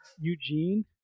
Eugene